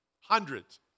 hundreds